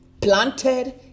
planted